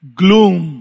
gloom